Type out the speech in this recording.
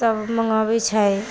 सब मंगेबै छै